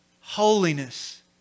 Holiness